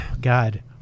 God